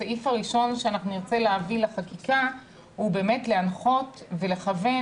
הסעיף הראשון שאנחנו נרצה להביא לחקיקה הוא באמת להנחות ולכוון